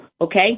okay